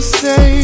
say